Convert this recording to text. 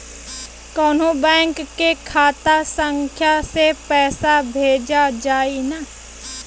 कौन्हू बैंक के खाता संख्या से पैसा भेजा जाई न?